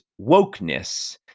wokeness